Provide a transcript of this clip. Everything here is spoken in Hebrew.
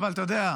אבל אתה יודע,